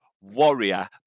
warrior